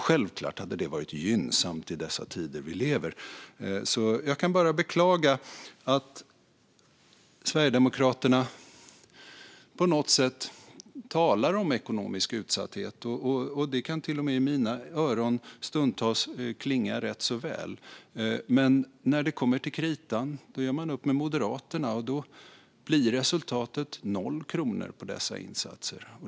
Självklart hade det varit gynnsamt i de tider vi lever i. Jag kan alltså bara beklaga att Sverigedemokraterna på något sätt talar om ekonomisk utsatthet, vilket till och med i mina öron stundtals kan klinga rätt så väl, men när det kommer till kritan gör de upp med Moderaterna. Då blir resultatet noll kronor på dessa insatser.